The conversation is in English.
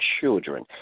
children